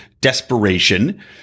desperation